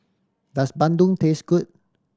does bandung taste good